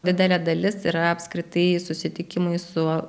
didelė dalis yra apskritai susitikimui su